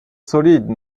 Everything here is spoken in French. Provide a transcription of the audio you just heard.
solide